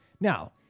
Now